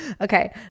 Okay